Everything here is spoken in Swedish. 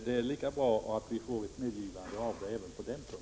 Det är lika bra att vi får ett medgivande av Bo Forslund även på den punkten.